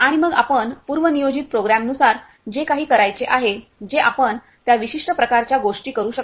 आणि मग आपण पूर्व नियोजित प्रोग्राम नुसार जे काही करायचे आहे जे आपण त्या विशिष्ट प्रकारच्या गोष्टी करू शकता